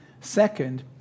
Second